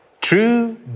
True